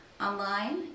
Online